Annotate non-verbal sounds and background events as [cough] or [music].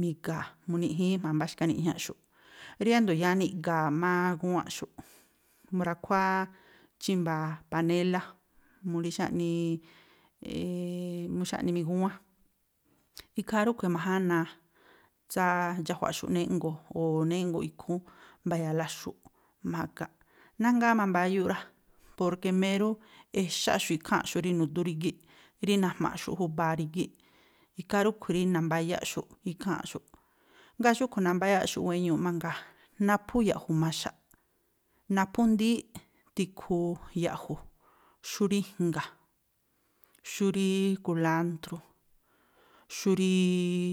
mi̱ga̱a̱, mu̱niꞌjíín jma̱a mbá xkaniꞌjñaꞌxu̱ꞌ, riándo̱ yáá niꞌga̱a̱ má gúwánꞌxu̱ꞌ, mu̱ra̱khuáá chímba̱a̱ panélá, mu rí xániii [hesitation] mu xáꞌni migúwán, ikhaa rúꞌkhui̱ ma̱jánaa tsáá dxájuaꞌxu̱ꞌ jnéꞌngo̱o̱, o̱ jnéꞌngo̱ ikhúún, mba̱ya̱a̱la xu̱ꞌ ma̱ga̱nꞌ. Nájngáá mambáyúꞌ rá, porke mérú exáꞌxu̱ꞌ ikháa̱nꞌxu̱ꞌ rí nu̱dú rígíꞌ, rí najma̱ꞌxu̱ꞌ júba̱a rígíꞌ, ikhaa rúꞌkhui̱ rí nambáyáꞌxu̱ꞌ ikháa̱nꞌxu̱ꞌ. Ngáa̱ xúꞌkhui̱ nambáyáꞌxu̱ꞌ wéñuuꞌ mangaa, naphú ya̱ꞌju̱ maxaꞌ, naphúndííꞌ tikhu ya̱ꞌju̱ xú rí i̱jnga̱, xú rí kulántrú, xú rííí.